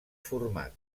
format